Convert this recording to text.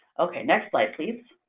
okay, next slide, please.